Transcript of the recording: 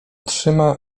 trzyma